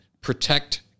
protect